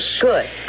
Good